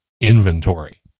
inventory